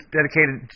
dedicated